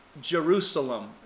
Jerusalem